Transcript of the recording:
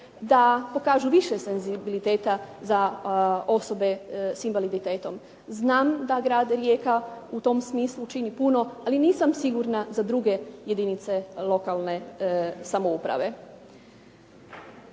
da pokažu više senzibiliteta za osobe sa invaliditetom. Znam da grad Rijeka u tom smislu čini puno ali nisam sigurna za druge jedinice lokalne samouprave.